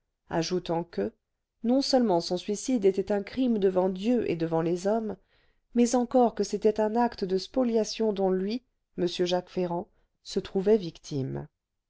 ajoutant que non-seulement son suicide était un crime devant dieu et devant les hommes mais encore que c'était un acte de spoliation dont lui m jacques ferrand se trouvait victime